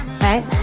Right